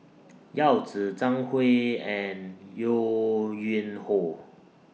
Yao Zi Zhang Hui and Yo Yuen Hoe